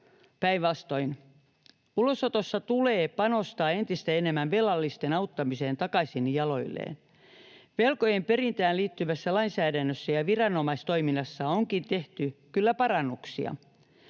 Päinvastoin ulosotossa tulee panostaa entistä enemmän velallisten auttamiseen takaisin jaloilleen. Velkojen perintään liittyvässä lainsäädännössä ja viranomaistoiminnassa onkin tehty kyllä parannuksia.